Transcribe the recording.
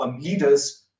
leaders